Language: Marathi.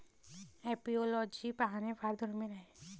एपिओलॉजी पाहणे फार दुर्मिळ आहे